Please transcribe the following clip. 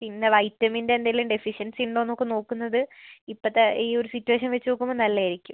പിന്നെ വൈറ്റമിൻ്റെ എന്തെങ്കിലും ഡെഫിഷ്യൻസി ഉണ്ടോയെന്നൊക്കെ നോക്കുന്നത് ഇപ്പോഴത്ത ഈ ഒരു സിറ്റുവേഷൻ വച്ച് നോക്കുമ്പം നല്ലതായിരിക്കും